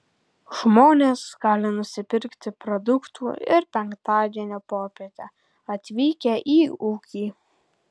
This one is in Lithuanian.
žmonės gali nusipirkti produktų ir penktadienio popietę atvykę į ūkį